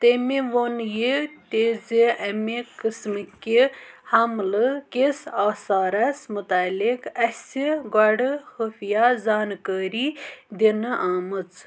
تٔمہِ وۆن یہِ تہِ زِ اَمہِ قٕسمہٕ کہِ حَملہٕ کِس آثارَس مُتعلِق اَسہِ گۄڈٕ خوٗفِیہ زانكٲری دِنہٕ آمٕژ